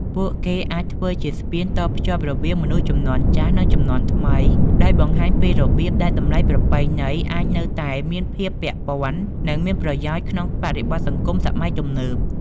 ពួកគេអាចធ្វើជាស្ពានតភ្ជាប់រវាងមនុស្សជំនាន់ចាស់ និងជំនាន់ថ្មី ដោយបង្ហាញពីរបៀបដែលតម្លៃប្រពៃណីអាចនៅតែមានភាពពាក់ព័ន្ធ និងមានប្រយោជន៍ក្នុងបរិបទសង្គមសម័យទំនើប។